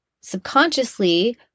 subconsciously